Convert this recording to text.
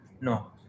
No